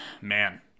Man